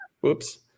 Whoops